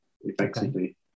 effectively